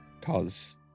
cause